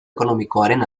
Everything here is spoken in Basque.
ekonomikoaren